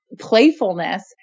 playfulness